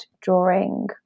drawing